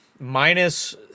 minus